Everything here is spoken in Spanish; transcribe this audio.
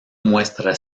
muestra